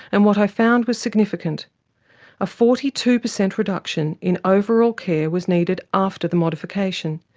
and what i found was significant a forty two percent reduction in overall care was needed after the modification,